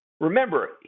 remember